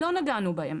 לא נגענו בהם.